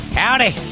howdy